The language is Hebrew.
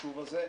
החשוב הזה.